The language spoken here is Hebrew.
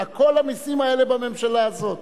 כל המסים האלה בממשלה הזאת?